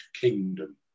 kingdom